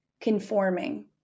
conforming